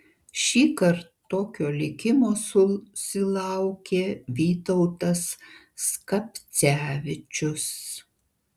šįkart tokio likimo susilaukė vytautas skapcevičius